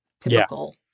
typical